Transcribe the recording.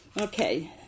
Okay